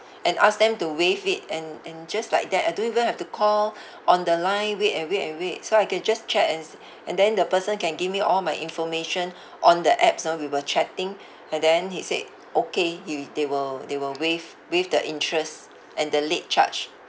and ask them to waive it and and just like that I don't even have to call on the line wait and wait and wait so I can just chat and s~ and then the person can give me all my information on the apps ah we were chatting and then he said okay you they will they will waive waive the interest and the late charge